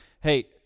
Hey